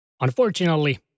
Unfortunately